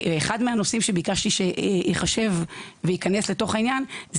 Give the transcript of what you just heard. אחד מהנושאים שביקשתי שייחשב וייכנס לתוך העניין זה